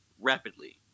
rapidly